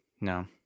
no